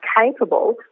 capable